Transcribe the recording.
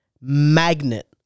magnet